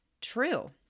true